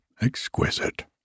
exquisite